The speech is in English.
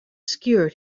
skewered